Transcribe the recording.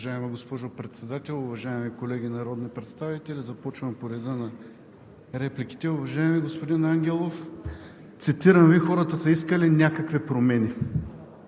Уважаема госпожо Председател, уважаеми колеги народни представители! Започвам по реда на репликите. Уважаеми господин Ангелов, цитирам Ви: „Хората са искали някакви промени“